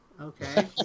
Okay